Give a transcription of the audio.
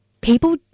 People